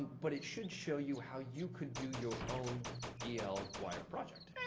but it should show you how you could do your own el wire project.